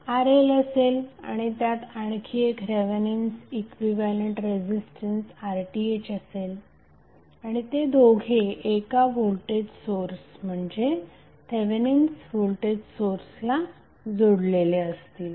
RLअसेल आणि त्यात आणखी एक थेवेनिन्स इक्विव्हॅलंट रेझिस्टन्स RThअसेल आणि ते दोघे एका व्होल्टेज सोर्स म्हणजे थेवेनिन्स व्होल्टेज सोर्सला जोडलेले असतील